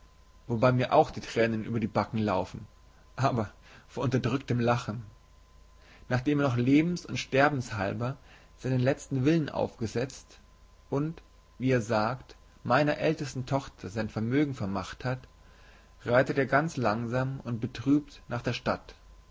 wobei mir auch die tränen über die backen laufen aber vor unterdrücktem lachen nachdem er noch lebens und sterbenshalber seinen letzten willen aufgesetzt und wie er sagt meiner ältesten tochter sein vermögen vermacht hat reitet er ganz langsam und betrübt nach der stadt